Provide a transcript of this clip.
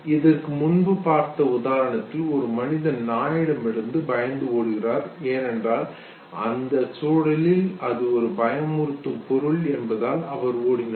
இதற்கு முன்பு பார்த்த உதாரணத்தில் ஒரு மனிதன் நாயிடமிருந்து பயந்து ஓடுகிறார் ஏனென்றால் அந்த சூழலில் அது ஒரு பயமுறுத்தும் பொருள் என்பதால் அவர் ஓடினார்